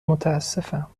متاسفم